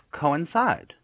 coincide